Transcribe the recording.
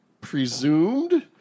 presumed